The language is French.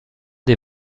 des